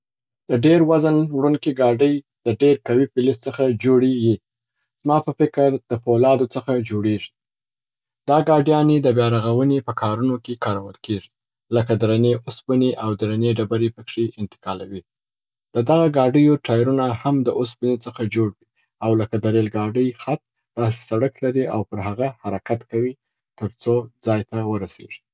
د ډېر وزن وړونکي ګاډۍ د ډير قوي فلز څخه جوړي يې. زما په فکر د پولادو څخه جوړیږي. دا ګاډیانې د بیارغوني په کارونو کې کارول کیږي، لکه درنې اوسپني او درنې ډبرې پکښي انتقالوي. د دغه ګاډیو ټایرونه هم د اوسپني څخه جوړ وي او لکه د ریل ګاډۍ خط، داسي سړک لري او پر هغه حرکت کوي تر څو ځای ته ورسیږي.